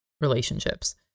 relationships